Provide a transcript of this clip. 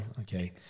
Okay